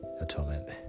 atonement